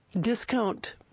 discount